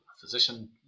physician